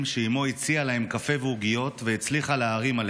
שאימו הציעה להם קפה ועוגיות והצליחה להערים עליהם.